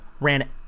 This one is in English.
ran